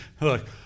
look